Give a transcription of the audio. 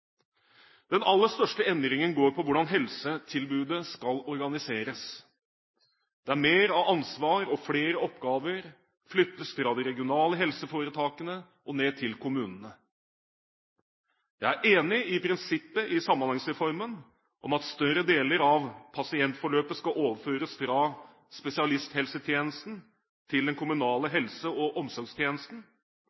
Den aller største endringen går på hvordan helsetilbudet skal organiseres, da mer ansvar og flere oppgaver flyttes fra de regionale helseforetakene og ned til kommunene. Jeg er enig i prinsippet i Samhandlingsreformen om at større deler av pasientforløpet skal overføres fra spesialisthelsetjenesten til den kommunale